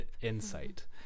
insight